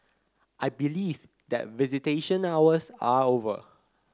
I believe that visitation hours are over